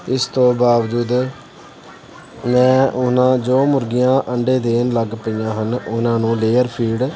ਇਸ ਤੋਂ ਬਾਵਜੂਦ ਮੈਂ ਉਹਨਾਂ ਜੋ ਮੁਰਗੀਆਂ ਅੰਡੇ ਦੇਣ ਲੱਗ ਪਈਆਂ ਹਨ ਉਹਨਾਂ ਨੂੰ ਲੇਅਰ ਫੀਡ